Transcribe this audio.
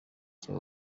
cya